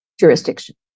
jurisdiction